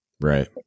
Right